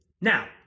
Now